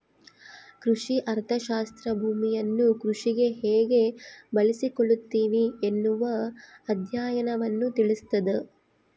ಕೃಷಿ ಅರ್ಥಶಾಸ್ತ್ರ ಭೂಮಿಯನ್ನು ಕೃಷಿಗೆ ಹೇಗೆ ಬಳಸಿಕೊಳ್ಳುತ್ತಿವಿ ಎನ್ನುವ ಅಧ್ಯಯನವನ್ನು ತಿಳಿಸ್ತಾದ